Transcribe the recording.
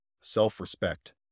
self-respect